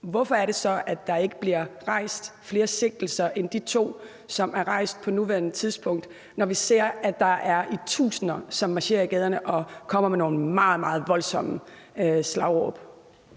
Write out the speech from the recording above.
hvorfor er det så, at der ikke bliver rejst flere sigtelser end de to, som er rejst på nuværende tidspunkt, når vi ser, at der er tusinder, som marcherer i gaderne og kommer med nogle meget, meget voldsomme slagord?